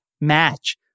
match